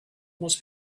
must